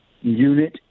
unit